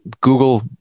Google